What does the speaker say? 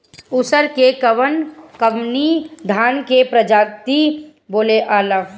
उसर मै कवन कवनि धान के प्रजाति बोआला?